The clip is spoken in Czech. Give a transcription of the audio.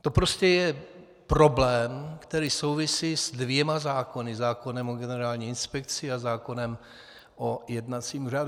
To prostě je problém, který souvisí s dvěma zákony zákonem o Generální inspekci a zákonem o jednacím řádu.